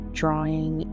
drawing